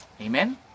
Amen